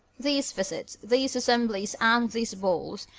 these visits, these assemblies, and these balls,